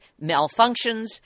malfunctions